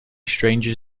strangers